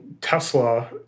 Tesla